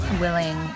willing